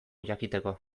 jakiteko